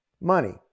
money